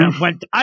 went